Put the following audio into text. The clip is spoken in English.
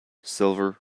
silver